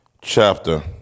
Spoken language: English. chapter